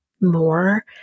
more